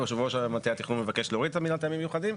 יושב ראש מטה התכנון מבקש להוריד את המילים "מטעמים מיוחדים",